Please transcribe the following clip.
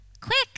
quick